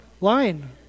line